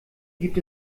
gibt